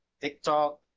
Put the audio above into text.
tiktok